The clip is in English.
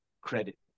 credit